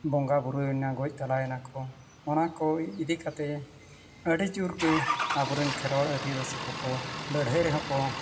ᱵᱚᱸᱜᱟᱼᱵᱩᱨᱩᱭᱮᱱᱟ ᱜᱚᱡ ᱛᱟᱞᱟᱭᱮᱱᱟ ᱠᱚ ᱚᱱᱟ ᱠᱚ ᱤᱫᱤ ᱠᱟᱛᱮᱫ ᱟᱹᱰᱤ ᱡᱳᱨ ᱜᱮ ᱟᱵᱚᱨᱮᱱ ᱠᱷᱮᱨᱣᱟᱲ ᱟᱹᱫᱤᱵᱟᱹᱥᱤ ᱠᱚᱠᱚ ᱞᱟᱹᱲᱦᱟᱹᱭ ᱨᱮᱦᱚᱸ ᱠᱚ